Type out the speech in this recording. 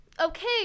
okay